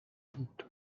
بود